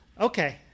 Okay